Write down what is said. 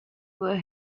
were